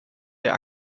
der